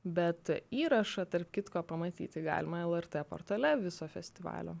bet įrašą tarp kitko pamatyti galima lrt portale viso festivalio